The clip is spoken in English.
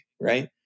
right